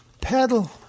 Pedal